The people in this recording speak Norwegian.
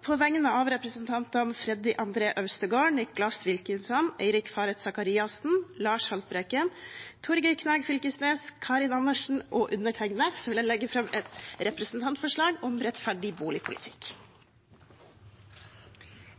På vegne av representantene Freddy André Øvstegård, Nicholas Wilkinson, Eirik Faret Sakariassen, Lars Haltbrekken, Torgeir Knag Fylkenes, Karin Andersen og undertegnede vil jeg i tillegg legge fram et representantforslag om rettferdig boligpolitikk.